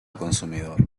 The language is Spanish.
consumidor